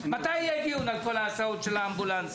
מתי יהיה דיון על כל ההסעות של האמבולנסים?